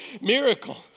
miracle